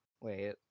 Wait